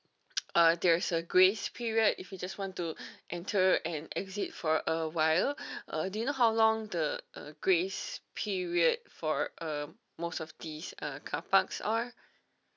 there was a grace period if we just want to enter and exit for awhile uh do you know how long the uh grace period for uh most of these uh carparks are